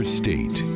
state